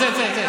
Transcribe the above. צא, צא.